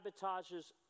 sabotages